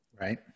Right